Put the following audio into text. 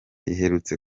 iherutse